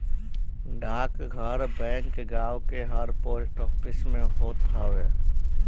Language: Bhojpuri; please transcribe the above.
डाकघर बैंक गांव के हर पोस्ट ऑफिस में होत हअ